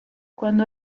cuando